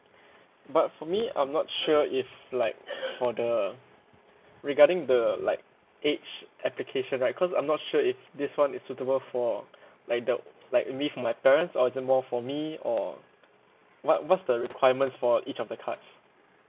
but for me I'm not sure if like for the regarding the like age application right cause I'm not sure if this [one] is suitable for like the like only for my parents or is it more for me or what what's the requirement for each of the cards